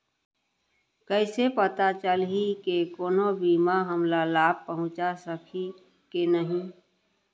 कइसे पता चलही के कोनो बीमा हमला लाभ पहूँचा सकही के नही